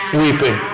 weeping